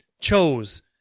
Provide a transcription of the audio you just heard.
chose